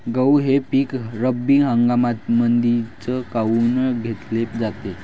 गहू हे पिक रब्बी हंगामामंदीच काऊन घेतले जाते?